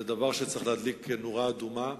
זה דבר שצריך להדליק נורה אדומה.